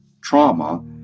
trauma